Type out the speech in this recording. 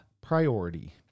priority